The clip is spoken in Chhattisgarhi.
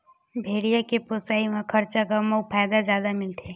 भेड़िया के पोसई म खरचा कम अउ फायदा जादा मिलथे